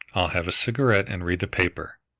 i'll have a cigarette and read the paper.